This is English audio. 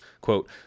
Quote